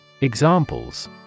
Examples